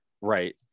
right